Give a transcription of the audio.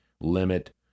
limit